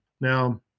Now